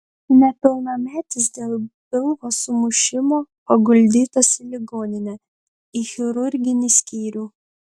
nepilnametis dėl pilvo sumušimo paguldytas į ligoninę į chirurginį skyrių